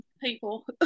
people